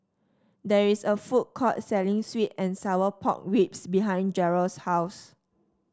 there is a food court selling sweet and Sour Pork Ribs behind Jarrell's house